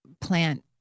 plant